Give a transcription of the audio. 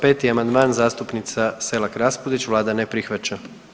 5. amandman, zastupnica Selak Raspudić, Vlada ne prihvaća.